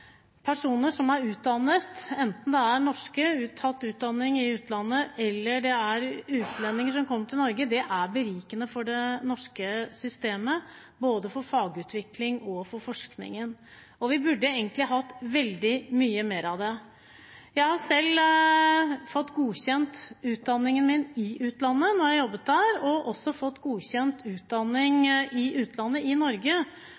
personer som er utdannet, enten det er nordmenn som har tatt utdanning i utlandet, eller det er utlendinger som kommer til Norge. Det er berikende for det norske systemet, for både fagutvikling og for forskning, og vi burde egentlig hatt veldig mye mer av det. Jeg har selv fått godkjent utdanningen min i utlandet, da jeg jobbet der. Jeg har også fått godkjent utdanning fra utlandet i Norge,